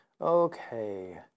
Okay